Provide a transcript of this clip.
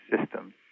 system